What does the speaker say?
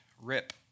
rip